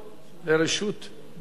לרשות דיבור.